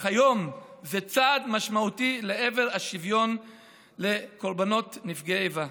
אך היום זה צעד משמעותי לעבר השוויון לקורבנות נפגעי איבה.